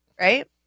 Right